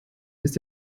ist